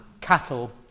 cattle